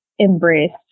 embraced